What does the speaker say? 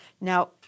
Now